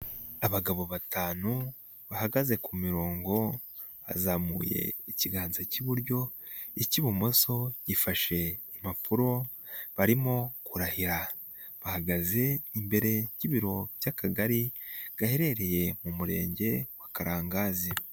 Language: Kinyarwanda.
Abagabo batanu bahagaze ku mirongo, bazamuye ikiganza cy'iburyo, icy'ibumoso gifashe impapuro barimo kurahira, bahagaze imbere y'ibiro by'akagari gaherereye mu murenge wa Karangazi.